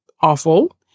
awful